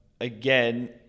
Again